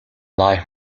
life